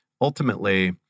ultimately